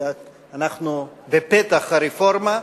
ואנחנו בפתח הרפורמה.